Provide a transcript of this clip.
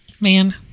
man